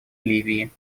ливии